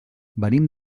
venim